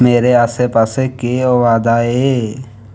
मेरे आस्सै पास्सै केह् होआ दा ऐ